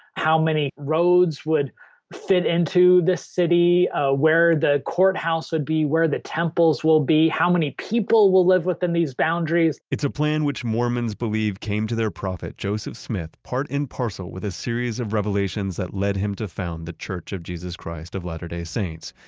how many roads would fit into this city, ah where the courthouse would be, where the temples will be, how many people will live within these boundaries it's a plan which mormons believe came to their prophet joseph smith part and parcel with a series of revelations that led him to found the church of jesus christ of latter day saints.